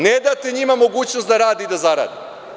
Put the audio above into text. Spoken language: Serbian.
Ne date njima mogućnost da rade i da zarade.